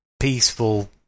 peaceful